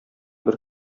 бер